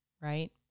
right